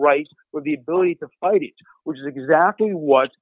right with the ability to fight it which is exactly what